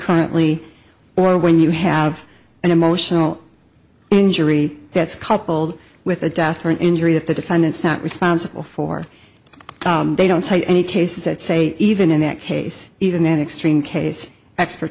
concurrently or when you have an emotional injury that's coupled with a death or an injury that the defendant's not responsible for they don't see any cases that say even in that case even then extreme case expert